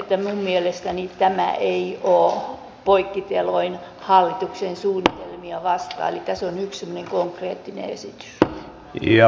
minun mielestäni tämä ei ole poikkiteloin hallituksen suunnitelmia vastaan elikkä se on yksi semmoinen konkreettinen esitys